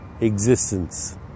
existence